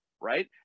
right